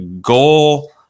goal